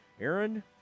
Aaron